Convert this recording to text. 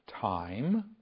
time